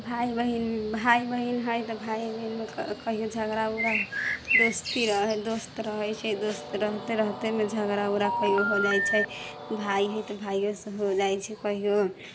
भाइ बहिन भाइ बहिन हइ तऽ भाइ बहिनमे कहिओ झगड़ा उगड़ा दोस्ती रहै दोस्त रहै छै दोस्त रहिते रहितेमे झगड़ा उगड़ा कहिओ हो जाइ छै भाइ हइ तऽ भाइओसँ हो जाइ छै कहिओ